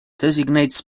designates